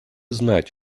знать